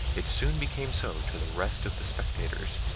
it soon became so to the rest of the spectators,